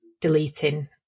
deleting